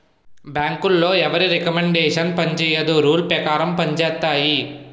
బ్యాంకులో ఎవరి రికమండేషన్ పనిచేయదు రూల్ పేకారం పంజేత్తాయి